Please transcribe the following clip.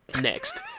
Next